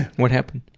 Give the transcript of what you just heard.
what happened?